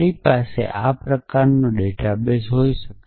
મારી પાસે આ પ્રકારનો ડેટાબેસ હોઈ શકે